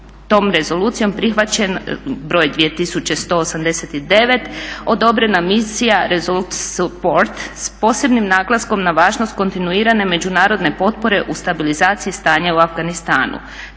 tom rezolucijom prihvaćen broj 2189. odobrena misija "Resolute support" s posebnim naglaskom na važnost kontinuirane međunarodne potpore u stabilizaciji stanja u Afganistanu.